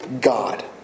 God